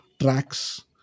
tracks